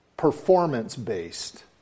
performance-based